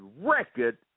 record